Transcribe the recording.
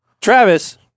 Travis